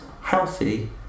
healthy